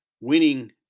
winning